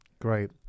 Great